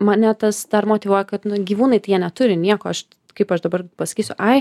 mane tas dar motyvuoja kad nu gyvūnai tai jie neturi nieko aš kaip aš dabar pasakysiu ai